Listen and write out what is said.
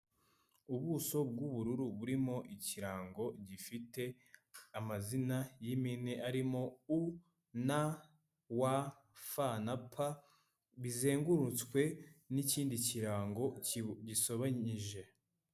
Ubuso bw'ubururu burimo ikirango gifite amazina y'impine arimo UN WF na P, bizengurutswe n'ikindi kirango gisobanyije.